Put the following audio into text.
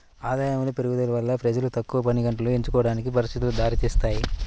ఆదాయములో పెరుగుదల వల్ల ప్రజలు తక్కువ పనిగంటలు ఎంచుకోవడానికి పరిస్థితులు దారితీస్తాయి